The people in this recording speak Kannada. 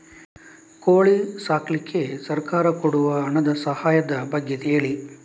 ಕೋಳಿ ಸಾಕ್ಲಿಕ್ಕೆ ಸರ್ಕಾರ ಕೊಡುವ ಹಣದ ಸಹಾಯದ ಬಗ್ಗೆ ಹೇಳಿ